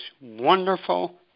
wonderful